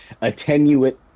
attenuate